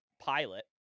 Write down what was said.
pilot